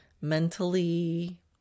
mentally